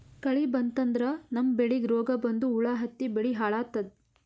ಕಳಿ ಬಂತಂದ್ರ ನಮ್ಮ್ ಬೆಳಿಗ್ ರೋಗ್ ಬಂದು ಹುಳಾ ಹತ್ತಿ ಬೆಳಿ ಹಾಳಾತದ್